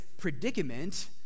predicament